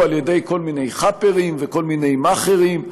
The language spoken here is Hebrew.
על-ידי כל מיני חאפרים וכל מיני מאכערים,